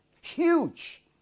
Huge